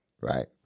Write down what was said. right